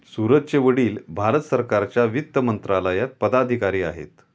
सूरजचे वडील भारत सरकारच्या वित्त मंत्रालयात पदाधिकारी आहेत